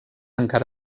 encara